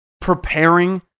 Preparing